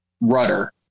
rudder